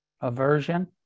Aversion